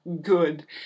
good